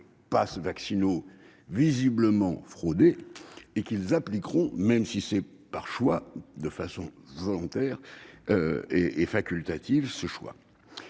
passes vaccinaux visiblement frauduleux et qu'ils appliqueront, même si c'est de façon volontaire et facultative, cette